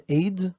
aid